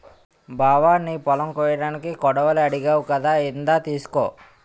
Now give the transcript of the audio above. బావా నీ పొలం కొయ్యడానికి కొడవలి అడిగావ్ కదా ఇందా తీసుకో